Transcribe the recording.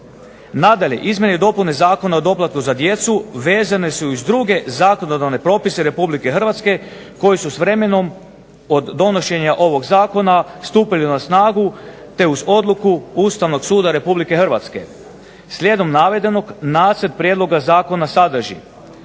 Nadalje, izmjene i dopune Zakona o doplatku za djecu vezane su i uz druge zakonodavne propise Republike Hrvatske koji su s vremenom od donošenja ovog zakona stupili na snagu, te uz odluku Ustavnog suda Republike Hrvatske. Slijedom navedenog, Nacrt prijedloga zakona sadrži